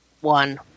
one